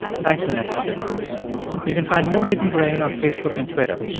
thanks, vanessa you can find more hidden brain on facebook and twitter.